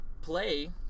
play